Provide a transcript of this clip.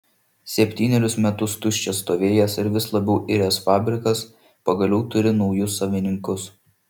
septynerius metus tuščias stovėjęs ir vis labiau iręs fabrikas pagaliau turi naujus savininkus